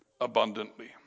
abundantly